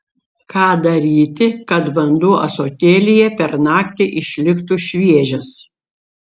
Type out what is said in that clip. ką daryti kad vanduo ąsotėlyje per naktį išliktų šviežias